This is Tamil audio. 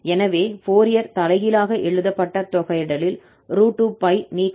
எனவே ஃபோரியர் தலைகீழாக எழுதப்பட்ட தொகையிடலில் √2𝜋 நீக்கப்படும்